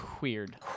weird